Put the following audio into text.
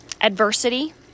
adversity